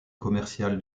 commercial